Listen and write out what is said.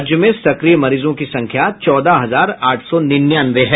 राज्य में सक्रिय मरीजों की संख्या चौदह हजार आठ सौ निन्यानवे है